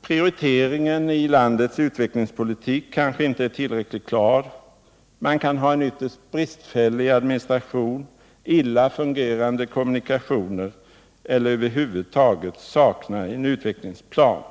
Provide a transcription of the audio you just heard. Prioriteringen av eftersatta grupper i landets utvecklingspolitik kanske inte är tillräckligt klar, eller man kan där ha en ytterst bristfällig administration, illa fungerande kommunikationer eller över huvud taget sakna utvecklingsplan.